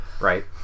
Right